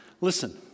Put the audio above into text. listen